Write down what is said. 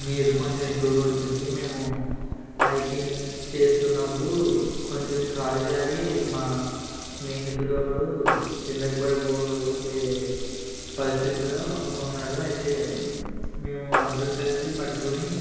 నీరు కొంచెం ఎక్కువగా వచ్చింది మేము హైకింగ్ చేస్తున్నప్పుడు కొంచెం కాలు జారీ మా స్నేహితుడు ఒకడు కిందకు పడిపోయే పరిస్థితిలో ఉన్నాడు అయితే మేము అందరం కలిసి పట్టుకొని